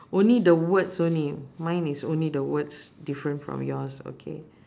only the words only mine is only the words different from yours okay